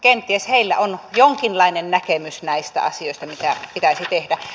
kenties heillä on jonkinlainen näkemys näistä asioista mitä pitäisi tehdä